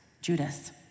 Judas